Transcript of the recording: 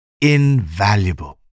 invaluable